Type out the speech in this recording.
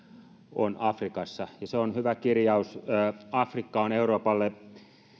on afrikassa se on hyvä kirjaus afrikka on euroopalle